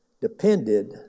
Depended